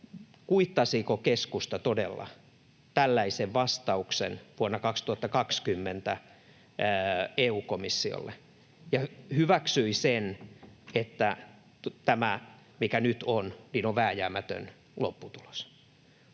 kuittasiko keskusta todella tällaisen vastauksen vuonna 2020 EU-komissiolle ja hyväksyi sen, että tämä, mikä nyt on, on vääjäämätön lopputulos?